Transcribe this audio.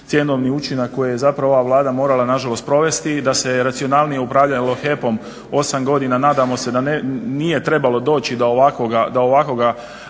cjenovni učinak koji je zapravo ova Vlada mogla sprovesti. Da se racionalnije upravljalo HEP-om osam godina nadamo se da nije trebalo doći do ovakvoga